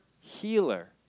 healer